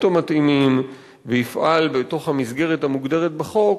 המתאימים ויפעל בתוך המסגרת המוגדרת בחוק,